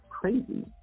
crazy